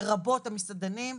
לרבות המסעדנים.